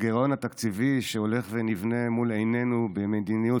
הגירעון התקציבי הולך ונבנה מול עינינו במדיניות